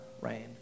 rain